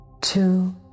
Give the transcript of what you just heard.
two